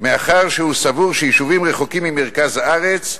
מאחר שהוא סבור שיישובים רחוקים ממרכז הארץ,